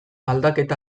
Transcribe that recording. aldaketa